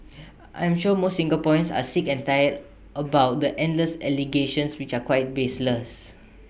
I am sure most Singaporeans are sick and tired about the endless allegations which are quite baseless